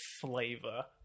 flavor